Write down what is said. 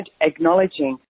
acknowledging